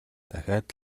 дахиад